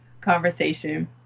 conversation